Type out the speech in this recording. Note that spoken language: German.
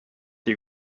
dir